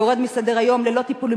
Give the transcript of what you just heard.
שיורד מסדר-היום ללא טיפול,